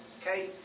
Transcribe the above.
Okay